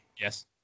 Yes